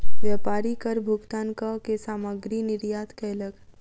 व्यापारी कर भुगतान कअ के सामग्री निर्यात कयलक